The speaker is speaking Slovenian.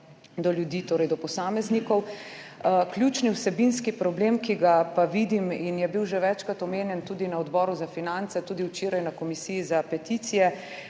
do ljudi, torej do posameznikov. Ključni vsebinski problem, ki ga pa vidim, in je bil že večkrat omenjen tudi na Odboru za finance, tudi včeraj na Komisiji za peticije,